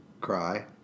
Cry